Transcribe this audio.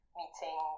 meeting